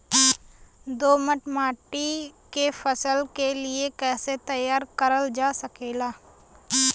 दोमट माटी के फसल के लिए कैसे तैयार करल जा सकेला?